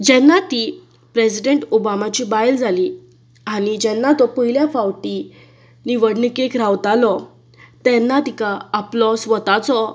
जेन्ना ती प्रेजिडेंट ओमाबाची बायल जाली आनी जेन्ना तो पयल्या फावटी निवडणुकेक रावतालो तेन्ना तिका आपलो स्वताचो